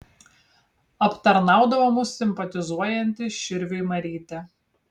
aptarnaudavo mus simpatizuojanti širviui marytė